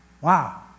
Wow